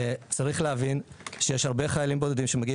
צריך להבין שיש הרבה חיילים בודדים שמגיעים